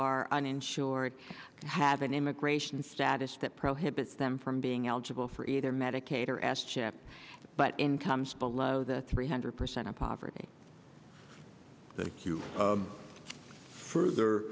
are uninsured have an immigration status that prohibits them from being eligible for either medicaid or ass chip but incomes below the three hundred percent of poverty thank you further